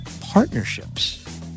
partnerships